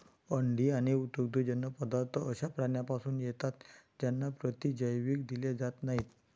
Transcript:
अंडी आणि दुग्धजन्य पदार्थ अशा प्राण्यांपासून येतात ज्यांना प्रतिजैविक दिले जात नाहीत